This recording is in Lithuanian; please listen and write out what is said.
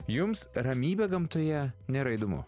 jums ramybė gamtoje nėra įdomu